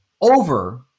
over